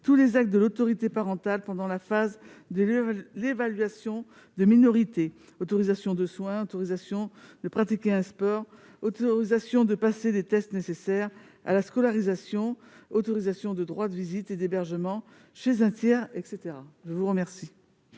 tous les actes de l'autorité parentale pendant la phase de l'évaluation de minorité- autorisation de soin, autorisation de pratiquer un sport, autorisation de passer les tests nécessaires à la scolarisation, autorisation de droit de visite et d'hébergement chez un tiers, etc. Quel